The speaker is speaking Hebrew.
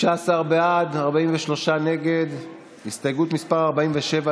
אחרת המקרים האלה יתרבו וההתפרצות תהיה רחבה יותר.